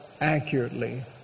accurately